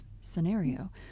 scenario